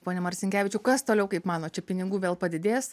pone marcinkevičiau kas toliau kaip manot čia pinigų vėl padidės